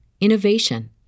innovation